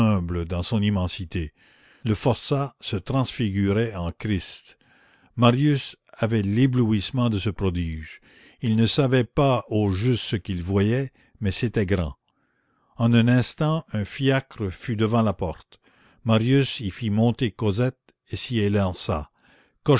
dans son immensité le forçat se transfigurait en christ marius avait l'éblouissement de ce prodige il ne savait pas au juste ce qu'il voyait mais c'était grand en un instant un fiacre fut devant la porte marius y fit monter cosette et s'y élança